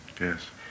Yes